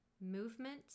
movement